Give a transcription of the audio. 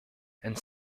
and